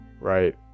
right